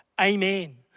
Amen